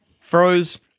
froze